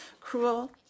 cruel –